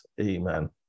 Amen